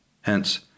Hence